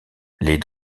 les